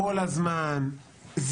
כל הזמן,